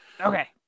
Okay